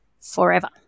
forever